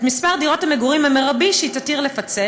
את מספר דירות המגורים המרבי שהיא תתיר לפצל